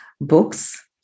books